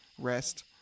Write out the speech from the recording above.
rest